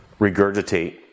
regurgitate